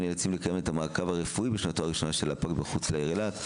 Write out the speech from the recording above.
הנאלצים לקיים את המעקב הרפואי בשנתו הראשונה של הפג מחוץ לעיר אילת?